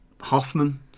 Hoffman